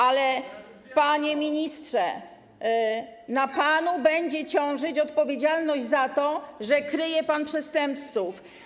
ale, panie ministrze, na panu będzie ciążyć odpowiedzialność za to, że kryje pan przestępców.